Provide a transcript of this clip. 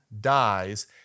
dies